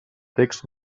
text